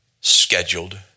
scheduled